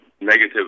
negative